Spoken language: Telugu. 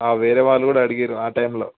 వేరే వాళ్ళు కూడా అడిగారు ఆ టైంలో